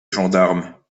gendarmes